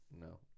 no